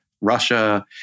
Russia